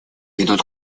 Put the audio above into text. ведут